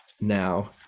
now